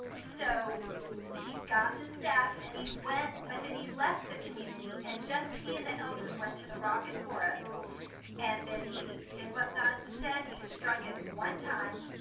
so he got the staff and he went, but then he left the community and just he and the elders went to the rock at horeb and then he did what god said, he struck it one time,